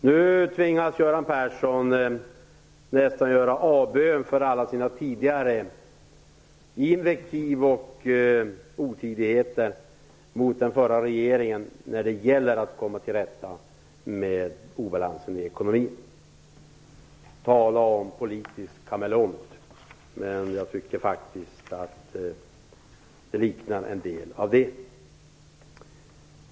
Nu tvingas Göran Persson nästan göra avbön för alla sina tidigare invektiv och otydligheter mot den förra regeringen när det gäller att komma till rätta med obalanserna i ekonomin. Tala om politisk kameleont! Jag tycker att det liknar litet det.